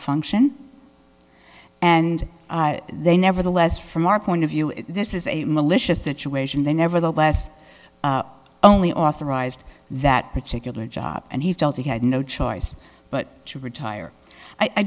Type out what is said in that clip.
function and they nevertheless from our point of view this is a militia situation they nevertheless only authorized that particular job and he felt he had no choice but to retire i